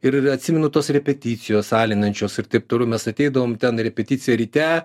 ir atsimenu tos repeticijos alinančios ir taip toliau mes ateidavom ten į repeticiją ryte